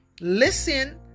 listen